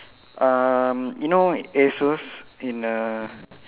um you know Asos in err